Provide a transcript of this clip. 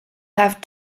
have